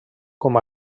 com